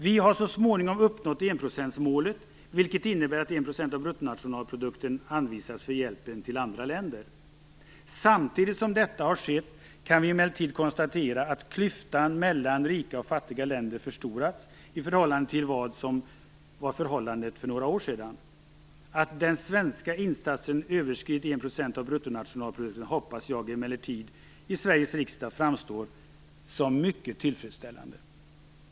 Vi har så småningom uppnått enprocentsmålet, vilket innebär att 1 % av bruttonationalprodukten anvisas för hjälpen till andra länder. Samtidigt som detta har skett kan vi emellertid konstatera att klyftan mellan rika och fattiga länder förstorats i förhållande till vad som var förhållandet för några år sedan. Att den svenska insatsen överskridit 1 % av bruttonationalprodukten hoppas jag emellertid i Sveriges riksdag framstår som mycket tillfredsställande.